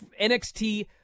NXT